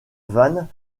vannes